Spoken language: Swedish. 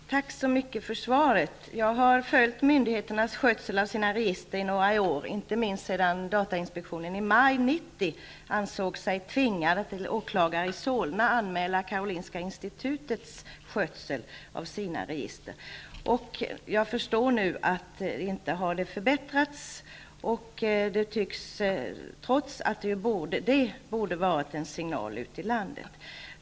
Herr talman! Tack så mycket för svaret! Jag har följt myndigheternas skötsel av sina register i några år, inte minst sedan datainspektionen i maj 1990 ansåg sig tvingad att till åklagare i Solna anmäla Karolinska institutets skötsel av sina register. Jag förstår nu att det inte har blivit bättre, trots att åtalet borde ha varit en signal ut i landet.